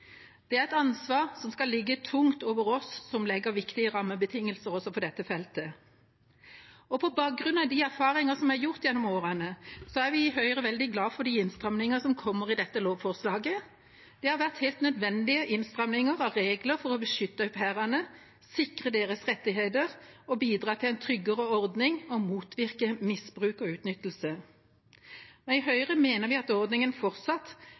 Det er et ansvar som skal ligge tungt på oss som legger viktige rammebetingelser også på dette feltet. På bakgrunn av de erfaringer som er gjort gjennom årene, er vi i Høyre veldig glad for de innstrammingene som kommer i dette lovforslaget. Det har vært helt nødvendige innstramminger av regler for å beskytte au pairene, sikre deres rettigheter, bidra til en tryggere ordning og motvirke misbruk og utnyttelse. I Høyre mener vi at ordningen fortsatt